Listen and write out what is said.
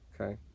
Okay